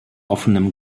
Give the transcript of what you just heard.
offenem